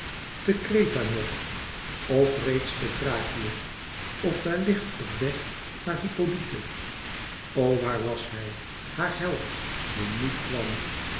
te kreta nog of reeds te thrakië of wellicht op weg naar hippolyte o waar was hij haar held die niet kwam